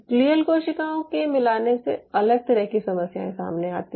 glial कोशिकाओं के मिलाने से अलग तरह की समस्याएं सामने आती हैं